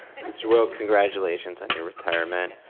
so ah congratulations on your retirement.